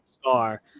star